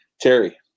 Terry